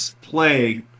play